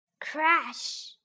crash